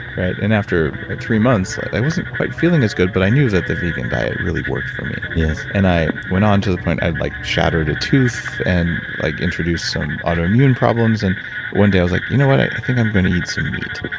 and after three months, i i wasn't quite feeling as good, but i knew that the vegan diet really worked for me. yeah and i went on to the point, i had like shattered a tooth and like introduced some autoimmune problems. and one day, i was like, you know i think i'm gonna eat some meat.